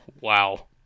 wow